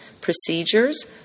procedures